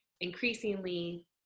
increasingly